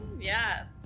Yes